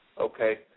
Okay